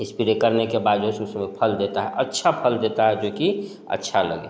spray करने के बाद जो है सो सो फल देता है अच्छा फल देता है जो कि अच्छा लगे